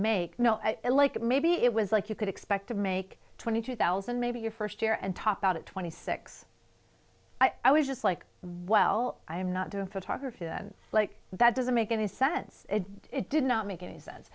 make no like maybe it was like you could expect to make twenty two thousand maybe your first year and top out at twenty six i was just like while i'm not doing photography then like that doesn't make any sense it did not make any sense